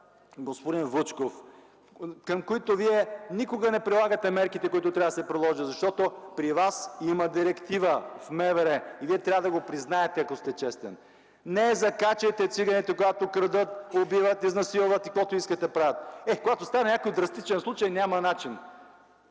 господин Вучков, към които Вие никога не прилагате мерките, които трябва да се приложат. При вас в МВР има директива, Вие трябва да го признаете, ако сте честен: не закачайте циганите, когато крадат, убиват, изнасилват и каквото си искат правят. Е, когато стане някой драстичен случай, няма начин!